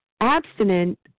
abstinent